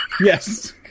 Yes